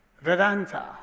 Vedanta